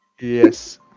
Yes